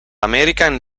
american